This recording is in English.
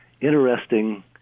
interesting